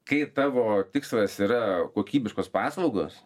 kai tavo tikslas yra kokybiškos paslaugos